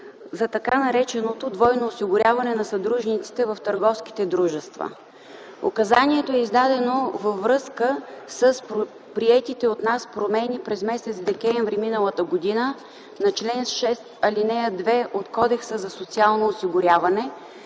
за така нареченото двойно осигуряване на съдружниците в търговските дружества. Указанието е издадено във връзка с приетите от нас промени през м. декември м.г. на чл. 6, ал. 2 от Кодекса за социално осигуряване,